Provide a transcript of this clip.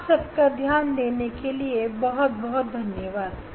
आपके ध्यान पूर्वक उपस्थिति के लिए शुक्रिया